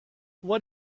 what